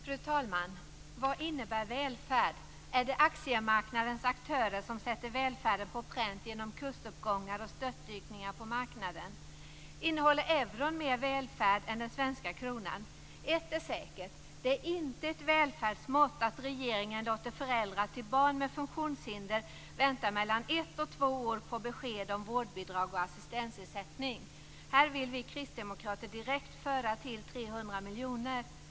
Fru talman! Vad innebär välfärd? Är det aktiemarknadens aktörer som sätter välfärden på pränt genom kursuppgångar och störtdykningar på marknaden? Innehåller euron mer välfärd än den svenska kronan? Ett är säkert; det är inte ett välfärdsmått att regeringen låter föräldrar till barn med funktionshinder vänta mellan ett och två år på besked om vårdbidrag och assistansersättning. Vi kristdemokrater vill direkt föra 300 miljoner till detta.